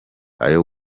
ayo